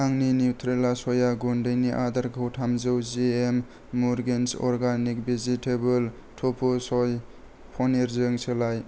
आंनि निउट्रेला सया गुन्दैनि अर्डारखौ थामजौ जिएम मुरगिन्स अर्गेनिक भेजितिबोल त'फु सय पनिरजों सोलाय